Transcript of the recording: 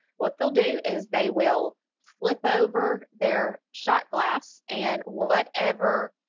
what they'll do is they will flip over their shot glass and whatever.